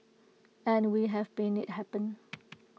and we have been IT happen